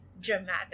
dramatic